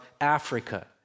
Africa